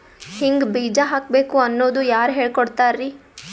ಹಿಂಗ್ ಬೀಜ ಹಾಕ್ಬೇಕು ಅನ್ನೋದು ಯಾರ್ ಹೇಳ್ಕೊಡ್ತಾರಿ?